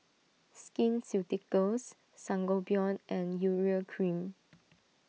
Skin Ceuticals Sangobion and Urea Cream